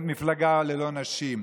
מפלגה ללא נשים.